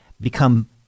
become